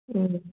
ꯎꯝ